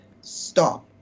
stop